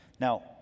Now